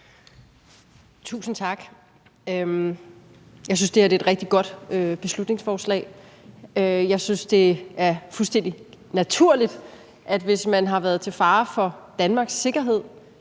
Tusind tak. Jeg synes, det her er et rigtig godt beslutningsforslag. Jeg synes, det er fuldstændig naturligt, at hvis man har været til fare for Danmarks sikkerhed,